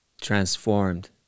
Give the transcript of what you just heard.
transformed